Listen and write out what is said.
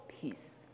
peace